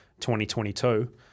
2022